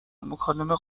مکالمه